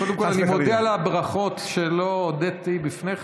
קודם כול אני מודה על הברכות, שלא הודיתי לפני כן.